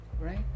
Right